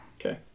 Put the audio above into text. Okay